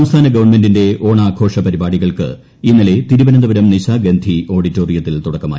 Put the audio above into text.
സംസ്ഥാന ഗവൺമെന്റിന്റെ ഓണാഘോഷപരിപാടികൾക്ക് ഇന്നലെ തിരുവനന്തപുരം നിശാഗന്ധി ഓഡിറ്റോറിയത്തിൽ തുടക്കമായി